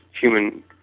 human